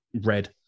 red